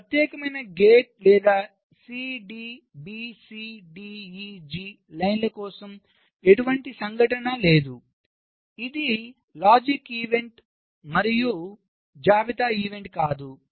ఈ ప్రత్యేకమైన గేట్ లేదా C D B C D E G line కోసం ఎటువంటి సంఘటన లేదు ఇది ఇది లాజిక్ ఈవెంట్ మరియు జాబితా ఈవెంట్ కాదు